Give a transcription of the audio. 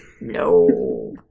No